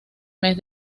mes